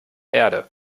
erde